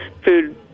food